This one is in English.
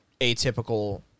atypical